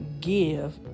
give